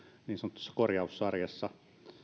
niin sanotussa korjaussarjassa